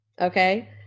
Okay